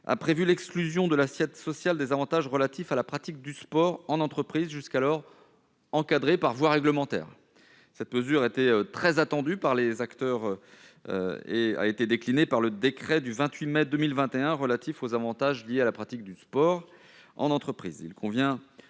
Sénat, l'exclusion de l'assiette sociale des avantages relatifs à la pratique du sport en entreprise, jusqu'alors encadrés par voie réglementaire. Cette mesure, très attendue, a été déclinée dans le décret du 28 mai 2021 relatif aux avantages liés à la pratique du sport en entreprise.